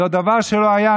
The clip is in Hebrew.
זה דבר שלא היה,